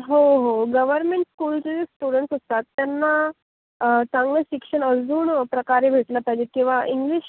हो हो गवरमेंट स्कूलचे जे स्टुडंट्स असतात त्यांना चांगलं शिक्षण अजून प्रकारे भेटलं पाहिजे किंवा इंग्लिश